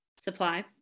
supply